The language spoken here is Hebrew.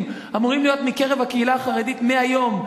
אמורים להיות מקרב הקהילה החרדית מהיום,